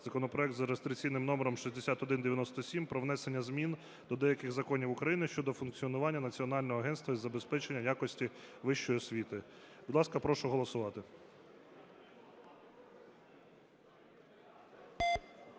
законопроект (за реєстраційним номером 6197) про внесення змін до деяких законів України щодо функціонування Національного агентства із забезпечення якості вищої освіти. Будь ласка, прошу голосувати.